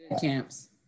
camps